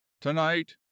Tonight